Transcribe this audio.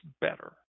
better